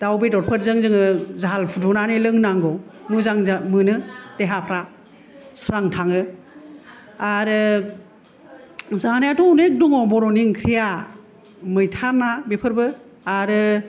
दाव बेदरफोरजों जोङो झाल फुदुंनानै लोंनांगौ मोजां मोनो देहाफोरा स्रां थायो आरो जानायाथ' अनेक दङ बर'नि ओंख्रिया मैथा ना बेफोरबो आरो